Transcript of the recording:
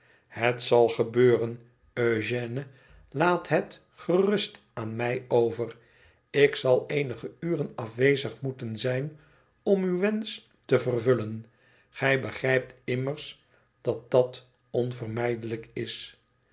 het zal gebeuren eugène laat het gerust aan mij over ik zal eenige uren afwezig moeten zijn om uw wensch te vervullen gij begrijpt immers dat dat onvermijdelijk is